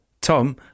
tom